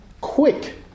quick